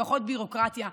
פחות ביורוקרטיה.